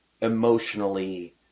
emotionally